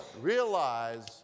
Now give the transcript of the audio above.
Realize